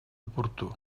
oportú